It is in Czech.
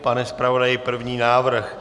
Pane zpravodaji, první návrh.